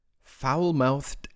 Foul-mouthed